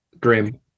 Grim